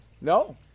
No